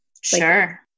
Sure